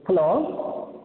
hello